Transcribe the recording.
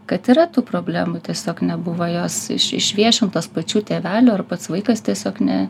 kad yra tų problemų tiesiog nebuvo jos iš išviešintos pačių tėvelių ar pats vaikas tiesiog ne